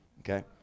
Okay